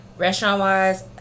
Restaurant-wise